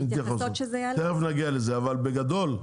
תכף נגיע לזה אבל בגדול,